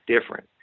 different